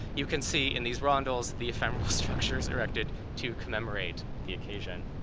you can see in these rondels the ephemeral structures erected to commemorate the occasion.